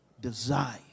desire